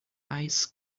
ice